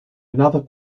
another